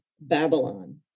Babylon